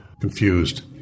confused